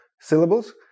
syllables